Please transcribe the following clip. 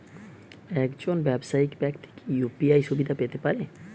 একজন ব্যাবসায়িক ব্যাক্তি কি ইউ.পি.আই সুবিধা পেতে পারে?